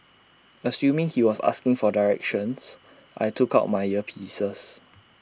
assuming he was asking for directions I took out my earpieces